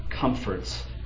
comforts